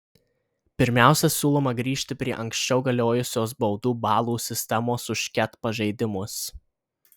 pirmiausia siūloma grįžti prie anksčiau galiojusios baudų balų sistemos už ket pažeidimus